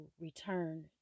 return